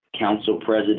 councilpresident